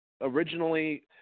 originally –